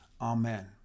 Amen